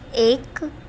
ایک